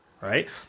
Right